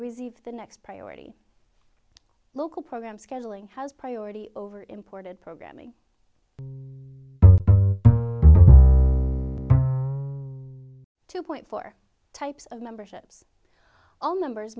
receive the next priority local program scheduling has priority over imported programming two point four types of memberships all numbers